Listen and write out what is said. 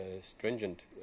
stringent